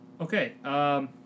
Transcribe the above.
Okay